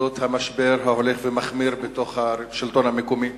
בנוגע למשבר ההולך ומחמיר בשלטון המקומי.